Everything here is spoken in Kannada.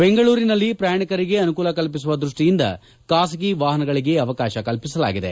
ಬೆಂಗಳೂರಿನಲ್ಲಿ ಪ್ರಯಾಣಿಕರಿಗೆ ಅನೂಕೂಲ ಕಲ್ಪಿಸುವ ದೃಷ್ಷಿಯಿಂದ ಬಾಸಗಿ ವಾಹನಗಳಗೆ ಅವಕಾಶ ಕಲ್ಪಿಸಲಾಗಿದೆ